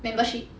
membership